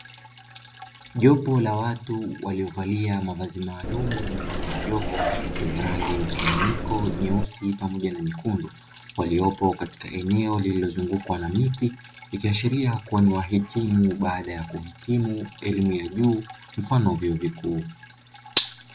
Jopo la watu waliovalia mavazi maalumu mfano wa joho, yenye rangi mchanganyiko nyeusi pamoja na nyekundu; waliopo katika eneo lililozungukwa na miti ikiashiria kuwa ni wahitimu baada ya kuhitimu elimu ya juu mfano vyuo vikuu.